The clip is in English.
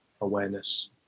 awareness